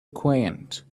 quaint